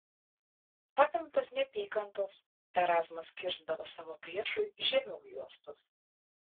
apimtas neapykantos erazmas kirsdavo savo priešui žemiau juostos